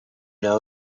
know